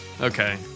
Okay